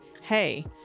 hey